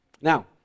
Now